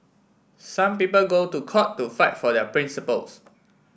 some people go to court to fight for their principles